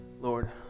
Lord